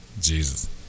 Jesus